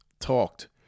talked